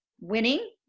winning